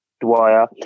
Dwyer